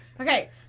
Okay